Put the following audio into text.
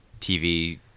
TV